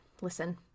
listen